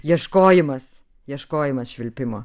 ieškojimas ieškojimas švilpimo